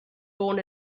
born